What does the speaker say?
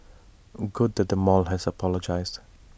good that the mall has apologised